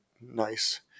nice